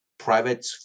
private